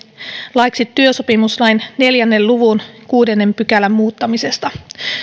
laiksi työsopimuslain neljän luvun kuudennen pykälän muuttamisesta